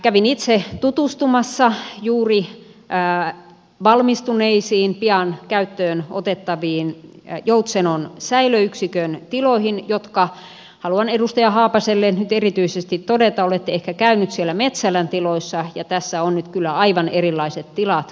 kävin itse tutustumassa juuri valmistuneisiin pian käyttöön otettaviin joutsenon säilöyksikön tiloihin ja haluan erityisesti nyt edustaja haapaselle todeta olette ehkä käynyt siellä metsälän tiloissa että tässä ovat nyt kyllä aivan erilaiset tilat kyseessä